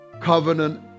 covenant